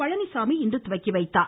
பழனிச்சாமி இன்று துவக்கி வைத்தார்